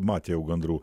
matė jau gandrų